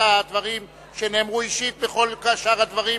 לדברים שנאמרו אישית בכל שאר הדברים.